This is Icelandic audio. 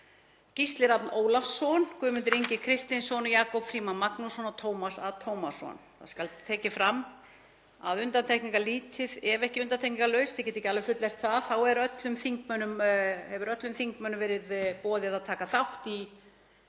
Gísli Rafn Ólafsson, Guðmundur Ingi Kristinsson, Jakob Frímann Magnússon og Tómas A. Tómasson. Það skal tekið fram að undantekningarlítið, ef ekki undantekningarlaust, ég get ekki alveg fullyrt það, hefur öllum þingmönnum verið boðið að taka þátt í